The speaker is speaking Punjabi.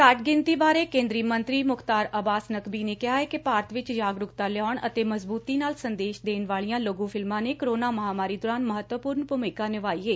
ਘੱਟ ਗਿਣਤੀਆਂ ਬਾਰੇ ਕੇ'ਦਰੀ ਮੰਤਰੀ ਮੁਖਤਾਰ ਆਬਾਸ ਨਕਬੀ ਨੇ ਕਿਹਾ ਕਿ ਭਾਰਤ ਵਿਚ ਜਾਗਰੁਕਤਾ ਲਿਆਉਣ ਅਤੇ ਮਜ਼ਬੂਤੀ ਨਾਲ ਸੰਦੇਸ਼ ਦੇਣ ਵਾਲੀਆਂ ਲਘੁ ਫਿਲਮਾਂ ਨੇ ਕੋਰੋਨਾ ਮਹਾਂਮਾਰੀ ਦੌਰਾਨ ਮਹੱਤਵਪੁਰਨ ਭੂਮਿਕਾ ਨਿਭਾਈ ਏ